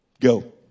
Go